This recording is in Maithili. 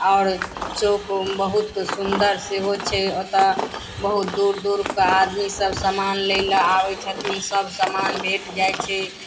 आओर चौक बहुत सुन्दर सेहो छै ओतऽ बहुत दूर दूरके आदमी सब समान लै लए आबै छथिन सब समान भेट जाइ छै